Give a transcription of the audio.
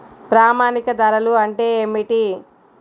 ప్రామాణిక ధరలు అంటే ఏమిటీ?